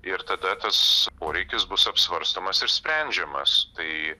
ir tada tas poreikis bus apsvarstomas ir sprendžiamas tai